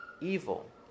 evil